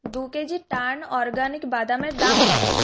দু কেজি টার্ন অরগ্যানিক বাদামের দাম কত